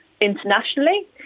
Internationally